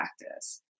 practice